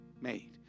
made